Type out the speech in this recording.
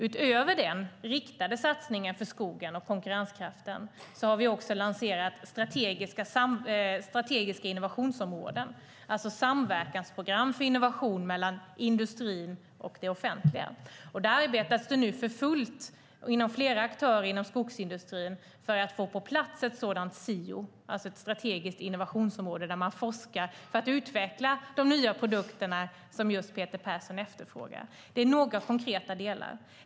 Utöver den riktade satsningen för skogen och konkurrenskraften har vi lanserat strategiska innovationsområden, alltså samverkansprogram för innovation mellan industrin och det offentliga. Flera aktörer inom skogsindustrin arbetar nu för fullt för att få på plats ett sådant SIO, alltså ett strategiskt innovationsområde där man forskar för att utveckla just de nya produkter som Peter Persson efterfrågar. Det är några konkreta delar.